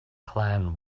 clan